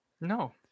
No